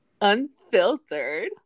unfiltered